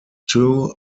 too